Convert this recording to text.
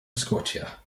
scotia